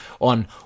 on